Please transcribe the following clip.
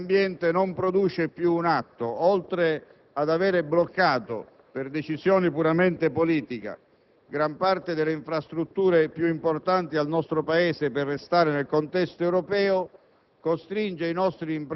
Il nostro Ministero dell'ambiente non produce più un atto. Oltre ad aver bloccato, per decisione puramente politica, gran parte delle infrastrutture più importanti per il Paese per restare nel contesto europeo,